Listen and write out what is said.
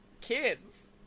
kids